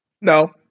No